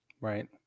Right